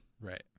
Right